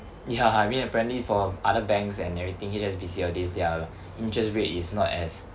ya I mean apparently for other banks and everything H_S_B_C all this their interest rate is not as